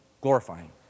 glorifying